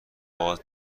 باز